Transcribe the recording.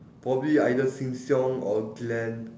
probably either seng-siong or glen